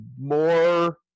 more